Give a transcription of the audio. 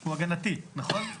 הוא הגנתי, נכון?